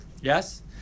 Yes